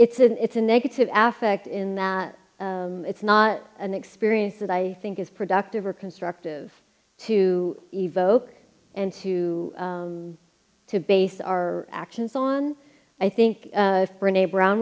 it's an it's a negative aspect in that it's not an experience that i think is productive or constructive to evoke and to to base our actions on i think renee brown